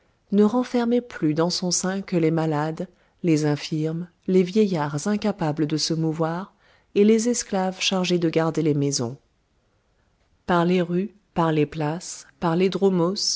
ne renfermait plus dans son sein que les malades les infirmes les vieillards incapables de se mouvoir et les esclaves chargés de garder les maisons par les rues par les places par les